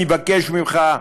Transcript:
אני מבקש ממך,